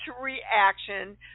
reaction